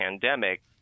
pandemic